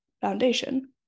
foundation